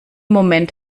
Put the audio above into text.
moment